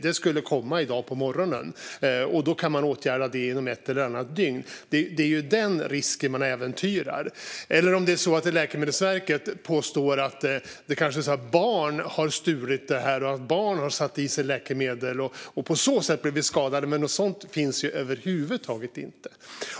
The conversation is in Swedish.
Det skulle komma i dag på morgonen." Detta kan åtgärdas inom ett eller ett par dygn. Det är denna risk som äventyras i så fall. Kanske påstår Läkemedelsverket att barn har stulit läkemedel och satt i sig dem och på så sätt blivit skadade, men några sådan exempel finns över huvud taget inte.